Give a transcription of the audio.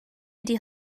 ydy